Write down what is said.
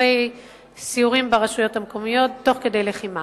אחרי סיורים ברשויות המקומיות תוך כדי לחימה.